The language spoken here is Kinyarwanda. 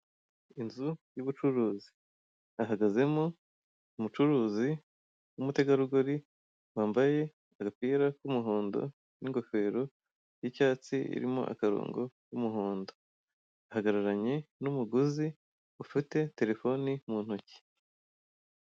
Inzu y'ubucuruzi. Hahagazemo umucuruzi w'umutegarugori, wambaye agapira k'umuhondo n'ingofero y'icyatsi, irimo akarongo k'umuhondo. Ahagararanye n'umuguzi ufite telefone mu ntoki.